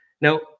Now